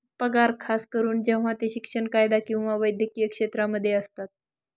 पगार खास करून जेव्हा ते शिक्षण, कायदा किंवा वैद्यकीय क्षेत्रांमध्ये असतात